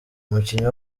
umukinnyi